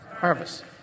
harvest